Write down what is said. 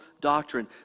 doctrine